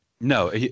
No